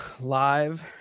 live